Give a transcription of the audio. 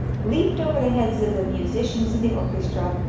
leaped over the heads of the musicians in the orchestra,